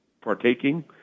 partaking